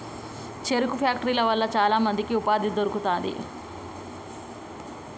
చెరుకు ఫ్యాక్టరీల వల్ల చాల మందికి ఉపాధి దొరుకుతాంది